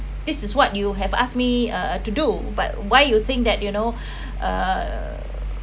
this is what you have asked me uh to do but why you think that you know err